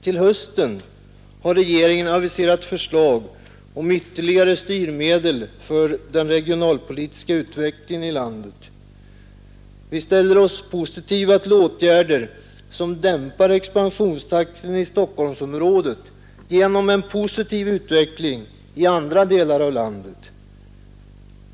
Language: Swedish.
Till hösten har regeringen aviserat förslag om ytterligare styrmedel för den regionalpolitiska utvecklingen i landet. Vi ställer oss positiva till åtgärder som dämpar expansionstakten i Stockholmsområdet genom en positiv utveckling i andra delar av landet.